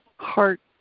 heart,